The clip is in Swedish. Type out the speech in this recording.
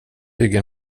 bygga